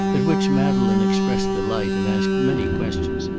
at which madeleine expressed delight, and asked many questions.